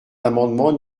l’amendement